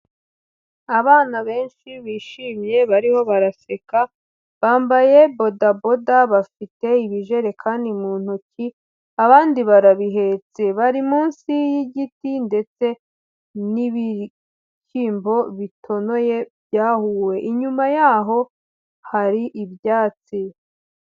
Abana benshi bishimye bariho baraseka bambaye bodaboda bafite ibijerekani mu ntoki abandi barabihetse. Bari munsi y'igiti ndetse n'ibihyimbo bitonoye byahuwe, inyuma yaho hari ibyatsi.